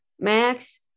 Max